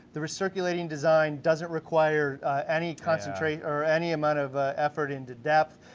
the recirculating design doesn't require any concentrate or any amount of effort into depth,